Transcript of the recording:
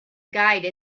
guide